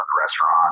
restaurant